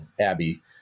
Abby